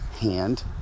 hand